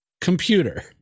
Computer